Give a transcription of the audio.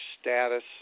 status